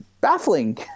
baffling